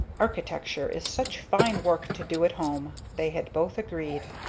architecture is such fine work to do at home! they had both agreed.